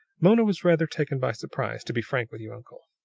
mona was rather taken by surprise to be frank with you, uncle.